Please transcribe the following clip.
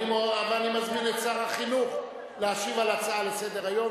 אני מזמין את שר החינוך להשיב על ההצעה לסדר-היום,